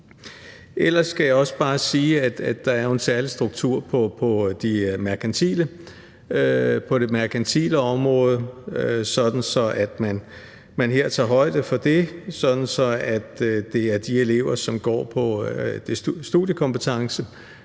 Ellers skal jeg også bare sige, at der jo er en særlig struktur på det merkantile område, som man her tager højde for, sådan at de elever, som går på det studiekompetencegivende